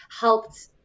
helped